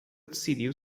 decidiu